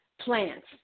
plants